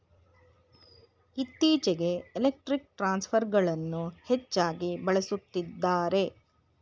ಇತ್ತೀಚೆಗೆ ಎಲೆಕ್ಟ್ರಿಕ್ ಟ್ರಾನ್ಸ್ಫರ್ಗಳನ್ನು ಹೆಚ್ಚಾಗಿ ಬಳಸುತ್ತಿದ್ದಾರೆ